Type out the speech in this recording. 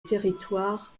territoire